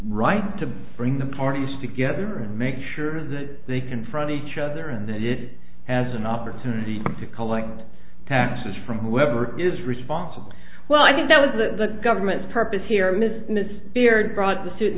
right to bring the parties together make sure that they confront each other and they did has an opportunity to collect taxes from whoever is responsible well i think that was the government's purpose here mrs miss beard brought the suit in